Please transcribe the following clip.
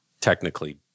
technically